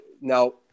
Now